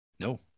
No